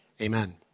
Amen